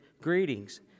Greetings